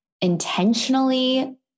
intentionally